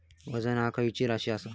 वजन ह्या खैची राशी असा?